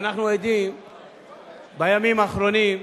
אנחנו עדים בימים האחרונים,